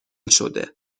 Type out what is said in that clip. شده